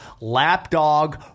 lapdog